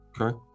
Okay